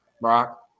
Brock